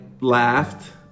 laughed